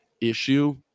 issue